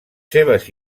seves